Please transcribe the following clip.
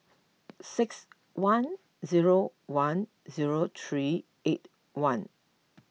six one zero one zero three eight one